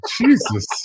Jesus